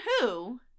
who-